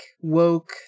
woke